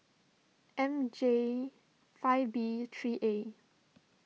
M J five B three A